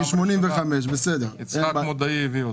פעם ראשונה, יצחק מודעי הביא אותו.